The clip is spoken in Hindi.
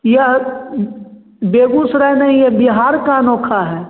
यह बेगूसराय नहीं यह बिहार का अनोखा है